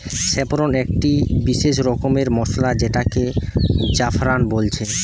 saffron একটি বিসেস রকমের মসলা যেটাকে জাফরান বলছে